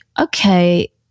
Okay